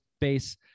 base